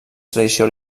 tradició